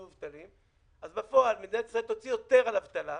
מובטלים אז בפועל מדינת ישראל תוציא יותר על אבטלה,